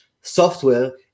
software